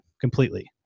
completely